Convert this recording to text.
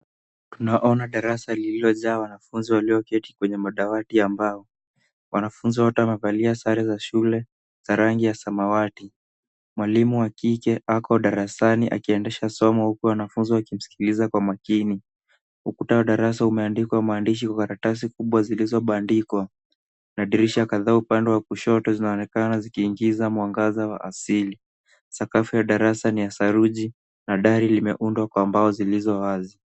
Tunaona darasa lililojaa wanafunzi walioketi kwenye madawati ya mbao. Wanafunzi wote wamevalia sare za shule za rangi ya samawati. Mwalimu wa kike ako darasani akiendesha somo huku wanafunzi wakimsikiliza kwa makini. Ukuta wa darasa umeandikwa maandishi kwa karatasi kubwa zilizobandikwa. Kuna dirisha kadhaa upande wa kushoto zinaonekana zikiingiza mwangaza wa asili. Sakafu ya darasa ni ya saruji na dari limeundwa kwa mbao zilizowazi.